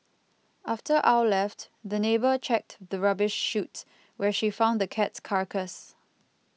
after Ow left the neighbour checked the rubbish chute where she found the cat's carcass